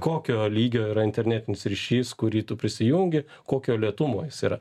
kokio lygio yra internetinis ryšys kurį tu prisijungi kokio lėtumo jis yra